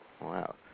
Wow